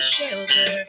shelter